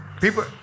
People